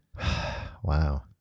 Wow